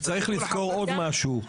וצריך לזכור עוד משהו,